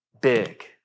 big